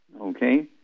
Okay